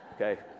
okay